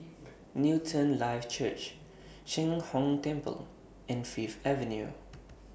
Newton Life Church Sheng Hong Temple and Fifth Avenue